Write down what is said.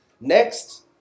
Next